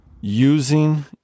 Using